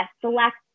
select